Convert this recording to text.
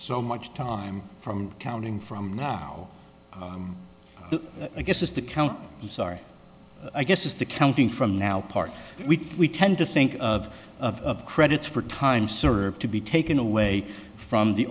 so much time from counting from now i guess is the count i'm sorry i guess is the counting from now part we tend to think of of credits for time served to be taken away from the